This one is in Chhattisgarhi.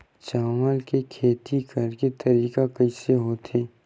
चावल के खेती करेके तरीका कइसे होथे?